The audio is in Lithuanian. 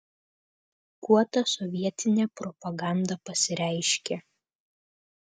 kuo ta sovietinė propaganda pasireiškė